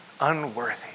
unworthy